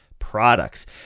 Products